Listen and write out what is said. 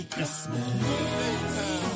Christmas